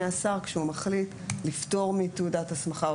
השר כשהוא מחליט לפטור מתעודת הסמכה,